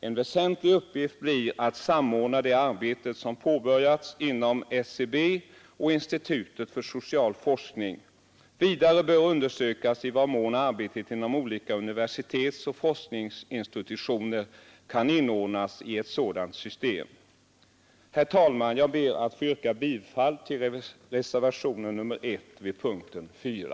En väsentlig uppgift blir att samordna det arbete som påbörjats inom SCB och institutet för social forskning. Vidare bör undersökas i vad mån arbetet inom olika universitetsoch forskningsinstitutioner kan inordnas i ett sådant system. Herr talman! Jag ber att få yrka bifall till reservationen 1 vid punkten 4.